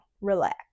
relax